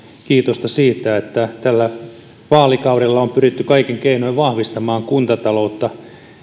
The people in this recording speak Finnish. kiitosta siitä että tällä vaalikaudella on pyritty kaikin keinoin vahvistamaan kuntataloutta